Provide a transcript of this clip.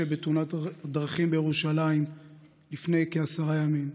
בתאונת דרכים בירושלים לפני כעשרה ימים.